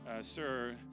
sir